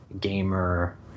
gamer